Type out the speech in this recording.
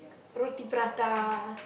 roti prata